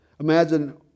Imagine